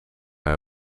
haar